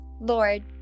Lord